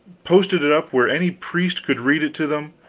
posted it up where any priest could read it to them,